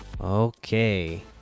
Okay